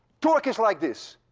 torque is like this.